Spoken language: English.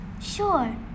Sure